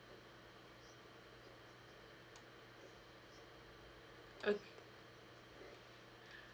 oh